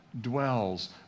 Dwells